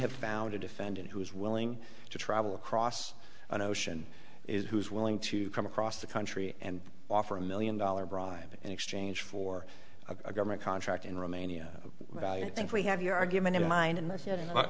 have found a defendant who is willing to travel across an ocean it who's willing to come across the country and offer a million dollar bribe and exchange for a government contract in romania value i think we have your argument in mind and i said in